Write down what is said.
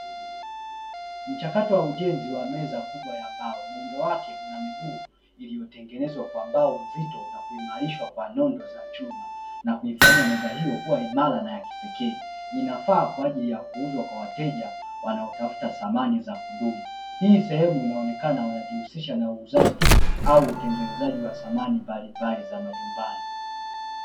Mchakato wa ujenzi wa meza kubwa ya mbao, muundo wake una miguu iliyotengenezwa kwa mbao nzito, na kuimarishwa kwa nondo za chuma na kuifanya meza hiyo kuwa imara na ya kipekee. Inafaa kwa ajili ya kuuzwa kwa wateja wanaotafuta samani za kudumu. Hii sehemu inaonekana, wanajihusisha na uuzaji au utengenezaji wa samani mbalimbali za majumbani.